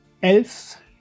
elf